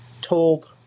told